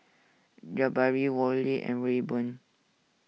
Jabari Worley and Rayburn